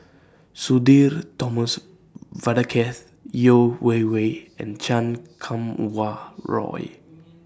Sudhir Thomas Vadaketh Yeo Wei Wei and Chan Kum Wah Roy